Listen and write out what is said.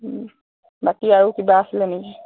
বাকী আৰু কিবা আছিলে নেকি